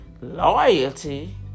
loyalty